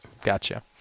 Gotcha